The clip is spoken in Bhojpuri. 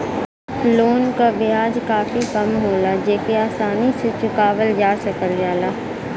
लोन क ब्याज काफी कम होला जेके आसानी से चुकावल जा सकल जाला